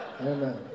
Amen